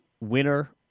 winner